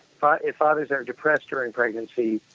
but if fathers are depressed during pregnancy,